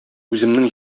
үземнең